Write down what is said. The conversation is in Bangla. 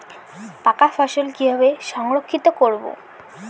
পাকা ফসল কিভাবে সংরক্ষিত করব?